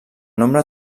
nombre